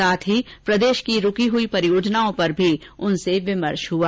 साथ ही प्रदेश की रूकी हई परियोजनाओं पर भी इनसे विमर्श हुआ